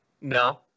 No